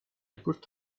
booked